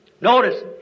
Notice